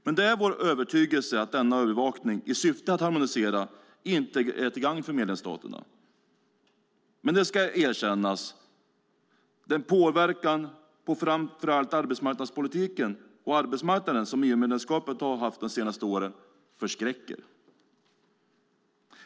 Men det är vår övertygelse att denna övervakning i syfte att harmonisera inte är till gagn för medlemsstaterna. Det ska erkännas att den påverkan på framför allt arbetsmarknadspolitiken och arbetsmarknaden som EU-medlemskapet har haft de senaste åren förskräcker.